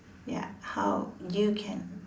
ya how you can